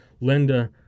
Linda